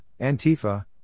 Antifa